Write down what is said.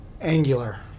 angular